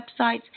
websites